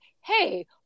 hey